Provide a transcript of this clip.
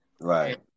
Right